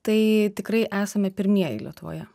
tai tikrai esame pirmieji lietuvoje